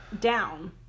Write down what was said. down